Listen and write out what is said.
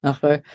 Okay